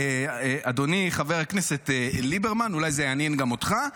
אדוני חבר הכנסת ליברמן, אולי זה יעניין גם אותך: